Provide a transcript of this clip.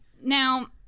Now